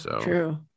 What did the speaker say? True